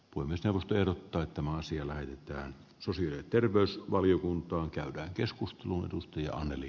saattaa olla että maa siellä imetään sosiaali terveys valiokuntaan käytyä keskustelua tutkija anneli